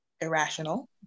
irrational